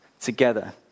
together